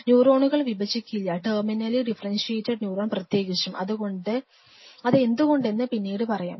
ന്യൂറോണുകൾ വിഭജിക്കില്ല terminally differentiated neuron പ്രത്യേകിച്ചും അത് എന്തുകൊണ്ടന്നെന്നു പിന്നീട് പറയാം